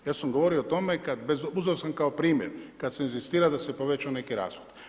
Ja sam govorio o tome, uzeo sam kao primjer kad se inzistira da se poveća neki rashod.